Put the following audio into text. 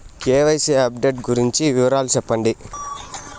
KYC update గురించి వివరాలు సెప్పండి?